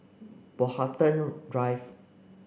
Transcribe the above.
Brockhampton Drive